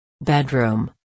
Bedroom